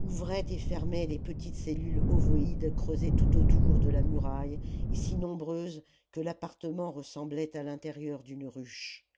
ouvraient et fermaient les petites cellules ovoïdes creusées tout autour de la muraille et si nombreuses que l'appartement ressemblait à l'intérieur d'une ruche